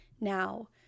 Now